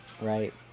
right